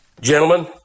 Gentlemen